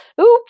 Oops